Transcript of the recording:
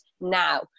now